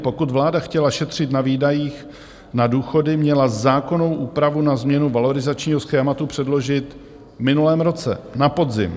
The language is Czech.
Pokud vláda chtěla šetřit na výdajích na důchody, měla zákonnou úpravu na změnu valorizačního schématu předložit v minulém roce na podzim.